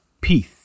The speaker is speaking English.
peace